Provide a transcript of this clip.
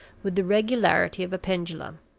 with the regularity of a pendulum.